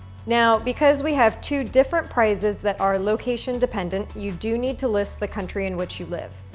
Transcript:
now, because we have two different prizes that are location depend, and you do need to list the country in which you live.